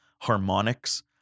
harmonics